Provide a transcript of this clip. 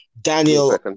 Daniel